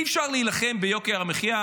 אי-אפשר להילחם ביוקר המחיה